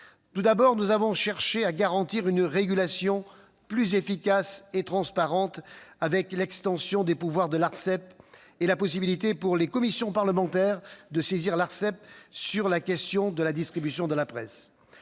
Tout d'abord, nous avons cherché à garantir une régulation plus efficace et plus transparente, avec l'extension des pouvoirs de l'Arcep et la possibilité pour les commissions parlementaires de saisir l'Arcep sur la question de la distribution de la presse.